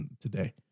today